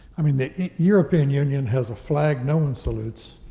i mean, the european union has a flag no one salutes,